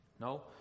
No